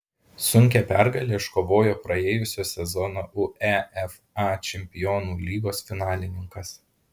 sunkią pergalę iškovojo praėjusio sezono uefa čempionų lygos finalininkas